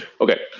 Okay